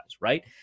right